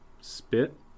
Spit